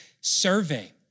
survey